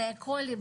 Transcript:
הרי הכל,